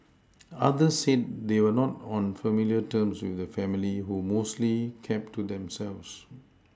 others said they were not on familiar terms with the family who mostly kept to themselves